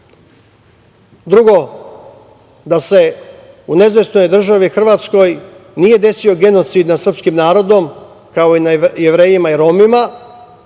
država. Drugo, da se u nezavisnoj državi Hrvatskoj nije desio genocid nad srpskim narodom, kao i nad Jevrejima i Romima,